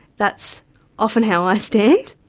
that's often how i stand.